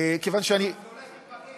כיוון שאני, אבל זה הולך עם בגט.